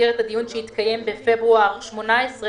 במסגרת הדיון שהתקיים בפברואר 2018,